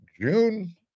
June